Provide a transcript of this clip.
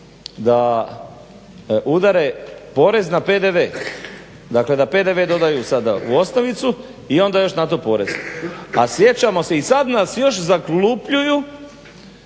da udare porez na PDV, dakle da PDV dodaju sada u osnovicu i onda još na to porez, a sjećamo se i sad nas još zaglupljuju,